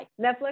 Netflix